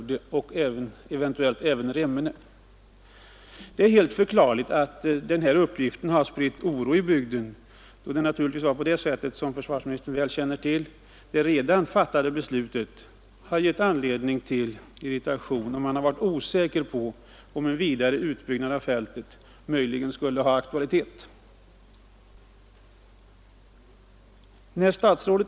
Det är helt förklarligt att denna uppgift har spritt oro i bygden, då som försvarsministern säkerligen känner till det redan fattade beslutet har givit anledning till irritation. Man har varit osäker om huruvida en vidare utbyggnad av fältet möjligen skulle vara aktuell.